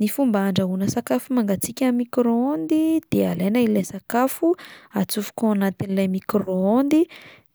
Ny fomba handrahoina sakafo mangatsiaka amin'ny micro-ondes de alaina ilay sakafo, atsofoka ao anatin'ilay micro-ondes